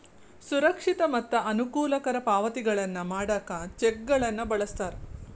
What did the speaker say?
ಸುರಕ್ಷಿತ ಮತ್ತ ಅನುಕೂಲಕರ ಪಾವತಿಗಳನ್ನ ಮಾಡಾಕ ಚೆಕ್ಗಳನ್ನ ಬಳಸ್ತಾರ